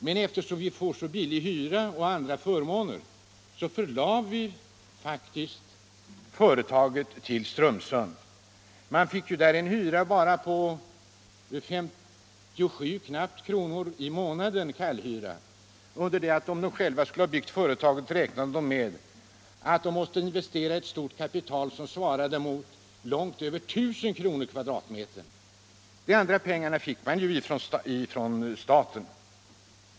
Men eftersom vi får så billig hyra och andra förmåner, förlade vi faktiskt företaget till Strömsund.” De fick där en kallhyra på knappt 57 kr. i månaden. Om de själva skulle ha byggt, räknade de med att de måste investera stort kapital som svarade mot långt över 1000 kr. per kvadratmeter. De andra pengarna fick man ju från staten.